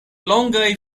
longaj